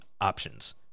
options